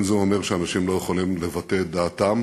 אין זה אומר שאנשים לא יכולים לבטא את דעתם,